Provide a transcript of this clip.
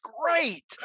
great